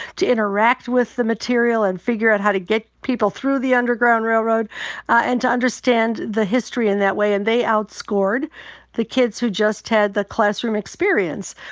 to interact with the material and figure out how to get people through the underground railroad and to understand the history in that way. and they outscored the kids who just had the classroom experience.